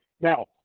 Now